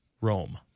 Rome